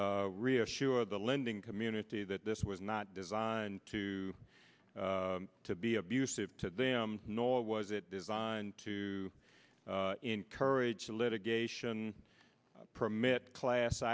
reassure the lending community that this was not designed to to be abusive to them nor was it designed to encourage litigation permit class